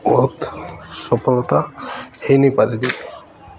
ବହୁତ ସଫଳତା ହେଇନି ପାରିବି